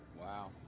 Wow